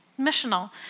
missional